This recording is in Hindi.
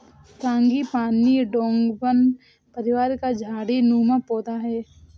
फ्रांगीपानी डोंगवन परिवार का झाड़ी नुमा पौधा है